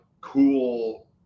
cool